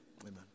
amen